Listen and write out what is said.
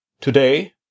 Today